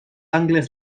angles